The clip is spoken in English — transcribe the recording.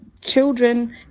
children